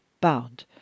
bound